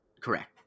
correct